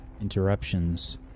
interruptions